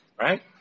right